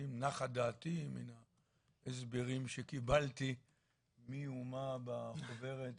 דעתי מהסברים שקיבלתי מי ומה בחוברת ועושה,